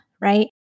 right